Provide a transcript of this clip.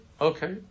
Okay